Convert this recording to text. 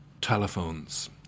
telephones